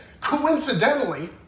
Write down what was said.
coincidentally